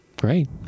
Great